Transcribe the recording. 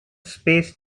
space